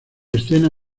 escena